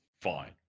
fine